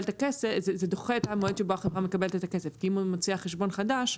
זה דוחה את המועד שבו החברה מקבלת את הכסף כי אם היא מוציאה חשבון חדש,